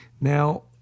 Now